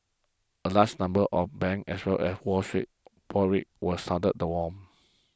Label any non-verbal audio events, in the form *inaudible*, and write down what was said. a lase number of bank as well as Wall Street *unintelligible* was sounded the alarm